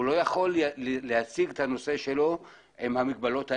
הוא לא יכול להציג את הנושא שלו עם המגבלות האלה.